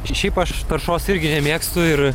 čia šiaip aš taršos irgi nemėgstu ir